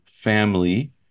family